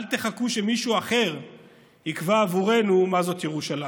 אל תחכו שמישהו אחר יקבע עבורנו מה זאת ירושלים.